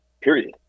period